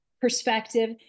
perspective